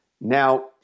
Now